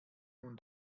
nun